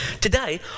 Today